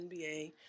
NBA